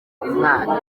umwana